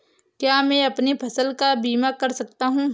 क्या मैं अपनी फसल का बीमा कर सकता हूँ?